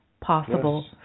possible